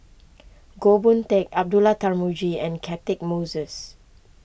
Goh Boon Teck Abdullah Tarmugi and Catchick Moses